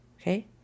okay